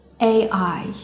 ai